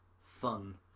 fun